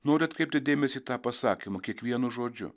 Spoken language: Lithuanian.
noriu atkreipti dėmesį į tą pasakymą kiekvienu žodžiu